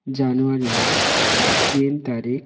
জানুয়ারি মাস তিন তারিখ